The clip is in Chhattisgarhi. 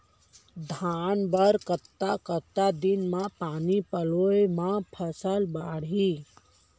धान बर कतका कतका दिन म पानी पलोय म फसल बाड़ही?